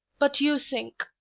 but you sink,